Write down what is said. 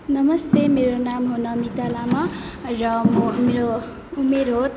नमस्ते मेरो नाम हो नमिता लामा र म मेरो उमेर हो